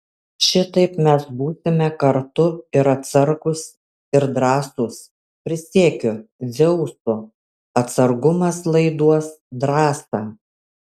šitaip mes būsime kartu ir atsargūs ir drąsūs prisiekiu dzeusu atsargumas laiduos drąsą